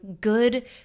good